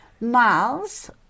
Miles